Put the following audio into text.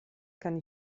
kann